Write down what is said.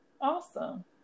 awesome